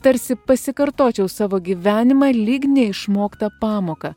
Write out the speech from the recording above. tarsi pasikartočiau savo gyvenimą lyg neišmoktą pamoką